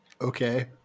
Okay